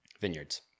vineyards